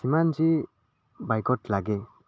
যিমান যি বাইকত লাগে